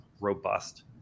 robust